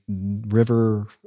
River